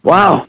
Wow